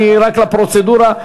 רק לפרוצדורה,